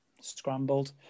Scrambled